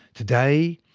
today,